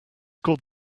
called